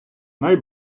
най